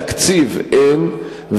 תקציב אין,